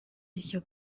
iryo